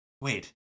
Wait